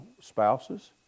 spouses